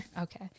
Okay